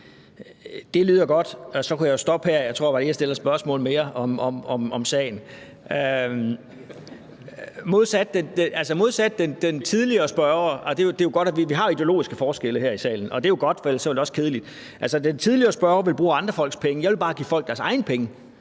stoppe her. Jeg tror bare, jeg stiller et spørgsmål mere om sagen. Det er jo godt, at vi har ideologiske forskelle her i salen, og det er godt, for ellers var det også kedeligt. Den tidligere spørger ville bruge andre folks penge. Jeg vil bare give folk deres egne penge